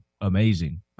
amazing